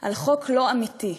על חוק לא אמיתי.